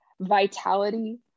vitality